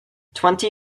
twenty